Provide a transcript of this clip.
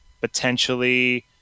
potentially